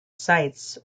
sites